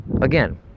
again